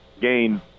gain –